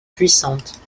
puissante